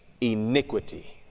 iniquity